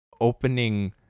opening